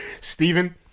Stephen